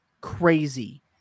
crazy